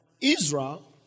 Israel